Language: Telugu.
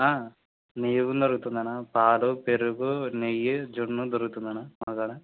నెయ్యి కూడా దొరుకుతుంది అన్న పాలు పెరుగు నెయ్యి జున్ను దొరుకుతుంది అన్న మా కాడా